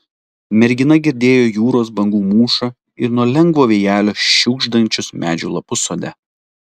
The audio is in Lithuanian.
mergina girdėjo jūros bangų mūšą ir nuo lengvo vėjelio šiugždančius medžių lapus sode